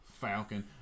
Falcon